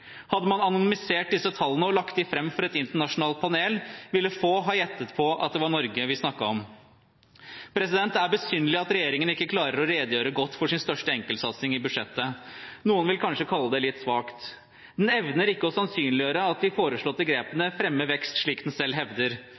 Hadde man anonymisert disse tallene og lagt dem fram for et internasjonalt panel, ville få ha gjettet at det var Norge vi snakket om. Det er besynderlig at regjeringen ikke klarer å redegjøre godt for sin største enkeltsatsing i budsjettet. Noen vil kanskje kalle det litt svakt. Den evner ikke å sannsynliggjøre at de foreslåtte grepene fremmer vekst, slik den selv hevder.